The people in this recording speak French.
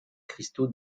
cristaux